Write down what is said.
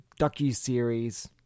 docuseries